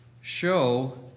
show